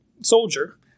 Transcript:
soldier